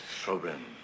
Problem